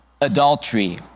adultery